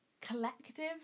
collective